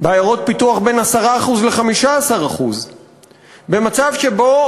בעיירות פיתוח בין 10% ל-15% במצב שבו